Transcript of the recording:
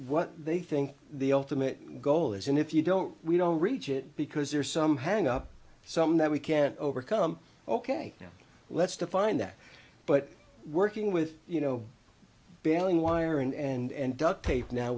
what they think the ultimate goal is and if you don't we don't reach it because there are some hang up some that we can't overcome ok now let's define that but working with you know bailing wire and duct tape now